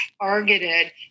targeted